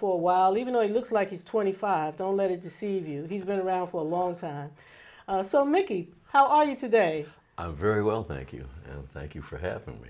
for a while even though he looks like he's twenty five don't let it deceive you he's been around for a long time so mickey how are you today i'm very well thank you thank you for having me